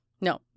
No